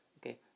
okay